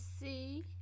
see